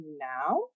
now